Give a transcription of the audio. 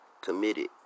committed